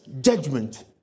judgment